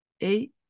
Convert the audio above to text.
eight